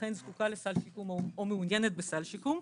אכן זקוקה לסל שיקום או מעוניינת בסל שיקום,